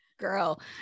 Girl